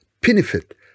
benefit